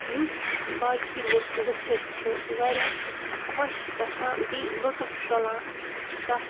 یُس باقٕے لُکھ وٕچھِتھ چھِ واریاہ خۄش گژھان بیٚیہِ لطف تُلان تَتھ